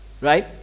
right